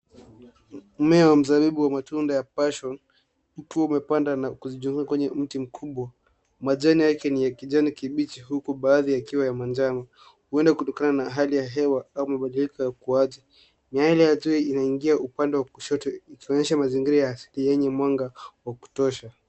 Mmea wa mzabibu wa matunda ya passion ukiwa umepanda na kujizunguka kwenye mti mkubwa. Majani yake ni ya kijani kibichi huku mengine yakiwa ya manjano, huenda kutokana na hali ya hewa, au mabadiliko ya ukuaji. Miale ya jua inaingia upande wa kushoto ikionyesha mazingira ya asili yenye mwanga wa kutosha.